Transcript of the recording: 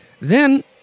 Then